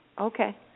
Okay